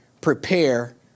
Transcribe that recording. prepare